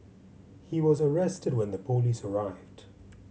he was arrested when the police arrived